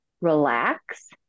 relax